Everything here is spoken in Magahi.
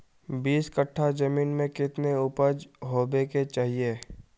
बीस कट्ठा जमीन में कितने उपज होबे के चाहिए?